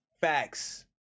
facts